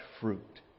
fruit